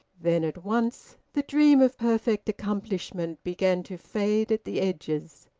then at once the dream of perfect accomplishment began to fade at the edges,